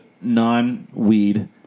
non-weed